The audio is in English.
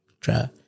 try